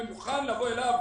אני מוכן לבוא אליו,